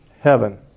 heaven